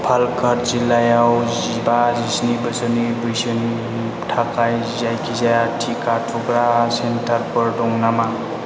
पालाकाड जिल्लायाव जिबा जिस्नि बोसोरनि बैसोनि थाखाय जायखिजाया टिका थुग्रा सेन्टारफोर दं नामा